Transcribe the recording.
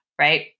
right